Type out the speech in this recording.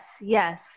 Yes